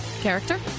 Character